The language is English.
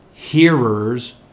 Hearers